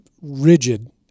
rigid